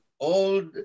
Old